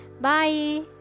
bye